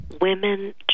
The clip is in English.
women